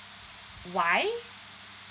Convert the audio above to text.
why